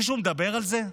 מישהו מדבר על זה?